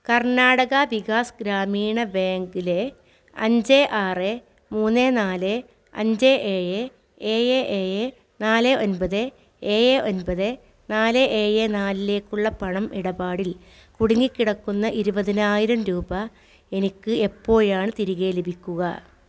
കർണാടക വികാസ് ഗ്രാമീണ ബേങ്കിലെ അഞ്ച് ആറ് മൂന്ന് നാല് അഞ്ച് ഏഴ് ഏഴ് ഏഴ് നാല് ഒമ്പത് ഏഴ് ഒമ്പത് നാല് ഏഴ് നാലിലേക്കുള്ള പണം ഇടപാടിൽ കുടുങ്ങിക്കിടക്കുന്ന ഇരുപതിനായിരം രൂപ എനിക്ക് എപ്പോഴാണ് തിരികെ ലഭിക്കുക